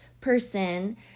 person